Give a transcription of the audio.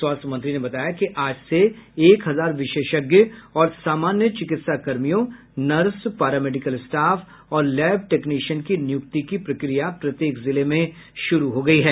स्वास्थ्य मंत्री ने बताया कि आज से एक हजार विशेषज्ञ और सामान्य चिकित्सा कर्मियों नर्स पारा मेडिकल स्टाफ और लैब टेक्निशियन की नियुक्ति की प्रक्रिया प्रत्येक जिले में शुरू हो गयी है